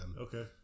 Okay